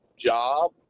job